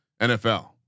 NFL